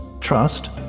Trust